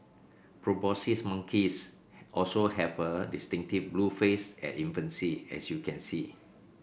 proboscis monkeys also have a distinctive blue face at infancy as you can see